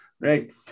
right